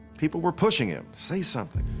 people were pushing him. say something.